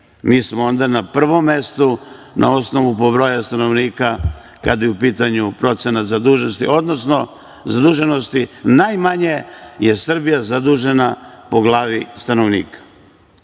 mi smo onda na prvom mestu na osnovu broja stanovnika kada je u pitanju procenat zaduženosti, odnosno, najmanje je Srbija zadužena po glavi stanovnika,